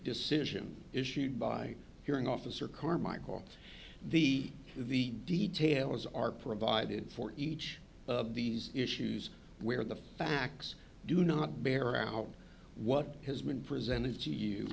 decision issued by hearing officer carmichael the the details are provided for each of these issues where the facts do not bear out what has been presented